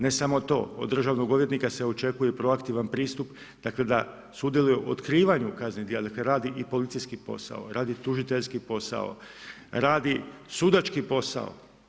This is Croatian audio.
Ne samo to, od državnog odvjetnika se očekuje proaktivan pristup da sudjeluje u otkrivanju kaznenih djela, dakle radi i policijski posao, radi tužiteljski posao, radi sudački posao.